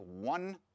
one